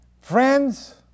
Friends